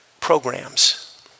programs